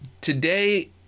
Today